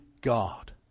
God